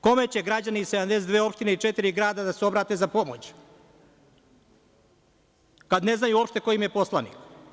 Kome će građani 72 opštine i četiri grada da se obrate za pomoć kada ne znaju ko im je uopšte poslanik.